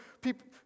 people